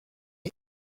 mais